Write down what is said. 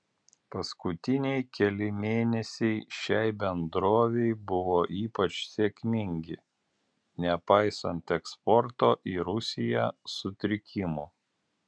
paskutiniai keli mėnesiai šiai bendrovei buvo ypač sėkmingi nepaisant eksporto į rusiją sutrikimų